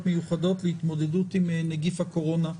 מיוחדות להתמודדות עם נגיף הקורונה.